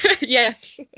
Yes